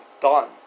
done